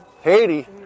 Haiti